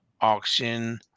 auction